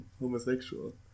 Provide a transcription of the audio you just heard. homosexual